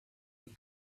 the